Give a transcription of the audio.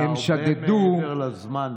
בבקשה.